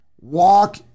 walk